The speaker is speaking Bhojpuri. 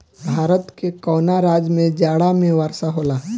भारत के कवना राज्य में जाड़ा में वर्षा होला?